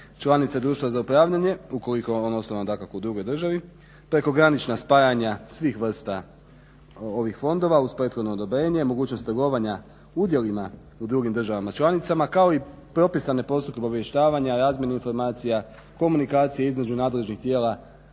članice društva za upravljanje, ukoliko je ono osnovano dakako u drugoj državi, prekogranična spajanja svih vrsta ovih fondova uz prethodno odobrenje, mogućnost trgovanja udjelima u drugim državama članicama kao i propisane postupke obavještavanja, razmjene informacija, komunikacije između nadležnih tijela